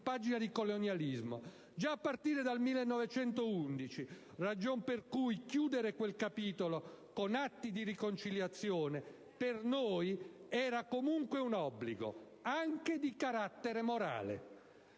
pagina di colonialismo già a partire dal 1911, ragion per cui chiudere quel capitolo con atti di riconciliazione per noi era comunque un obbligo, anche di carattere morale.